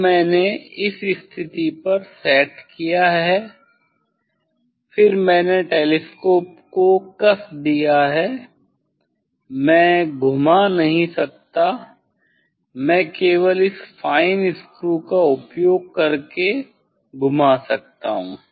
अब मैंने इस स्थिति पर सेट किया फिर मैंने टेलीस्कोप को कस दिया है मैं घुमा नहीं सकता मैं केवल इस फाइन स्क्रू का उपयोग करके घुमा सकता हूँ